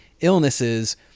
illnesses